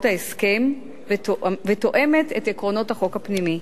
ההסכם ותואמת את הוראות החוק הפנימי.